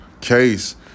case